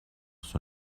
sur